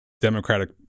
democratic